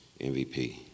MVP